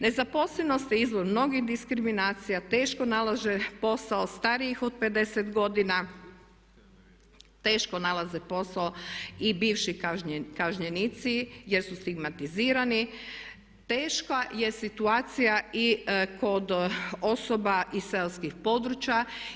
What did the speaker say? Nezaposlenost je izvor mnogih diskriminacija, teško nalaže posao starijih od 50 godina teško nalaze posao i bivši kažnjenici jer su stigmatizirani, teška je situacija i kod osoba iz seoskih područja.